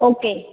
okay